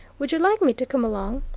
would you like me to come along?